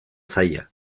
zaila